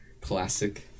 Classic